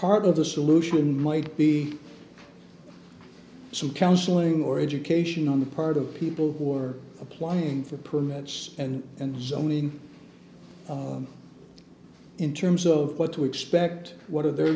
the solution might be some counseling or education on the part of people who are applying for permits and and showing in terms of what to expect what are their